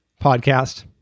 podcast